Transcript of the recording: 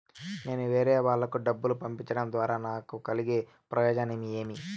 నేను వేరేవాళ్లకు డబ్బులు పంపించడం ద్వారా నాకు కలిగే ప్రయోజనం ఏమి?